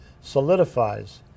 solidifies